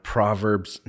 Proverbs